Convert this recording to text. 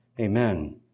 amen